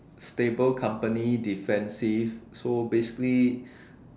stable company defensive so basically